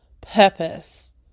purpose